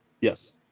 Yes